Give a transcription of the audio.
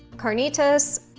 carnitas,